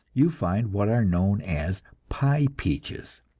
you find what are known as pie peaches,